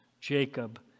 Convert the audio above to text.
Jacob